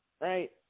right